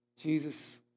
Jesus